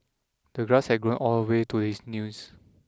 the grass had grown all the way to his knees